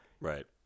Right